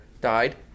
died